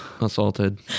assaulted